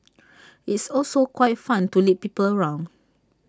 it's also quite fun to lead people around